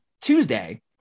Tuesday